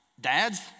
dads